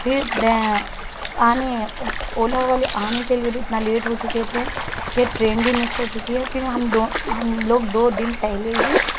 پھر آنے اولا والے آنے کے لیے بھی اتنا لیٹ ہو چکے تھے کہ ٹرین بھی مس ہو چکی ہے کیونکہ ہم دو ہم لوگ دو دن پہلے ہی